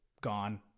gone